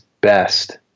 best